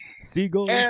Seagulls